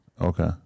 Okay